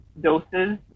doses